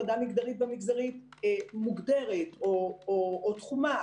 המגדרית והמגזרית מוגדרת או תחומה?